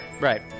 Right